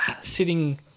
sitting